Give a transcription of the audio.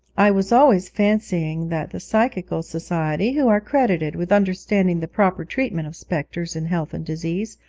i was always fancying that the psychical society, who are credited with understanding the proper treatment of spectres in health and disease,